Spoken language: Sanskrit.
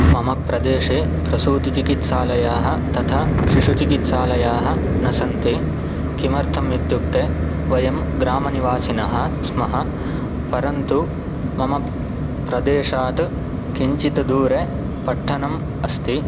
मम प्रदेशे प्रसूतिचिकित्सालयाः तथा शिशुचिकित्सालयाः न सन्ति किमर्थम् इत्युक्ते वयं ग्रामनिवासिनः स्मः परन्तु मम प्रदेशात् किञ्चित् दूरे पट्टनम् अस्ति